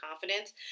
confidence